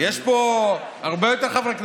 יש פה הרבה יותר חברי כנסת,